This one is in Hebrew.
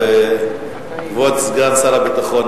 כבוד סגן שר הביטחון,